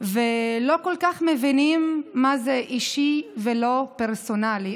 ולא כל כך מבינים מה זה אישי ולא פרסונלי.